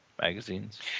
magazines